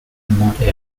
remote